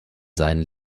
seinen